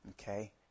okay